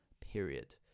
period